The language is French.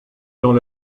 dans